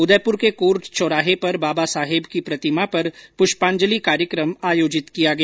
उदयपुर के कोर्ट चौराहे पर बाबा साहेब की प्रतिमा पर पुष्पांजलि कार्यक्रम आयोजित किया गया